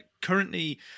currently